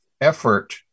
effort